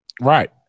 Right